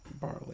barley